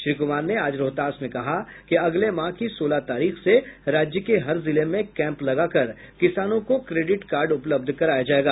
श्री कुमार ने आज रोहतास में कहा कि अगले माह की सोलह तारीख से राज्य के हर जिले में कैम्प लगा कर किसानों को क्रेडिट कार्ड उपलब्ध कराया जाएगा